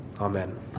Amen